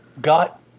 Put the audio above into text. got